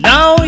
Now